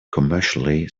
commercially